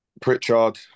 Pritchard